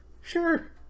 Sure